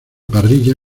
parrilla